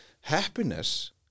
happiness